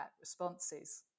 responses